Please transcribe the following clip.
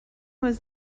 was